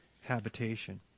habitation